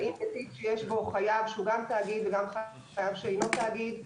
האם בתיק שיש בו חייב שהוא גם תאגיד וגם חייב שאינו תאגיד,